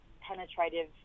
penetrative